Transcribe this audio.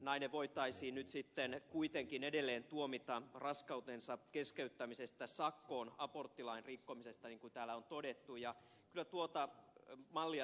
nainen voitaisiin nyt sitten kuitenkin edelleen tuomita raskautensa keskeyttämisestä sakkoon aborttilain rikkomisesta niin kuin täällä on todettu ja kyllä tuota mallia täytyy